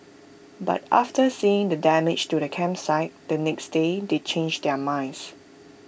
but after seeing the damage to the campsite the next day they changed their minds